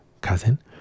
cousin